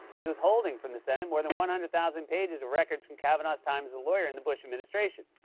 is withholding from the senate more than one hundred thousand pages of records from kavanaugh's time as a lawyer in the bush administration.